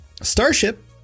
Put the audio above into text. Starship